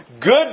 Good